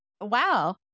Wow